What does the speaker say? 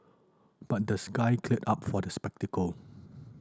but the sky cleared up for the spectacle